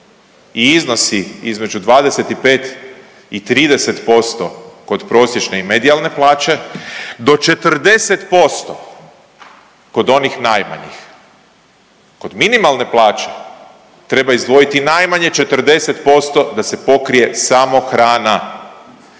i iznosi između 25 i 30% kod prosječne i medijalne plaće do 40% kod onih najmanjih. Kod minimalne plaće treba izdvojiti najmanje 40% da se pokrije samo hrana,